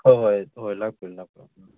ꯍꯣꯏ ꯍꯣꯏ ꯍꯣꯏ ꯂꯥꯛꯄꯤꯔꯣ ꯂꯥꯛꯄꯤꯔꯣ